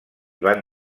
van